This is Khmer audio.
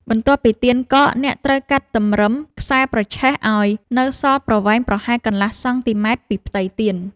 បន្ទាប់ពីទៀនកក អ្នកត្រូវកាត់តម្រឹមខ្សែប្រឆេះឱ្យនៅសល់ប្រវែងប្រហែលកន្លះសង់ទីម៉ែត្រពីផ្ទៃទៀន។